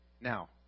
Now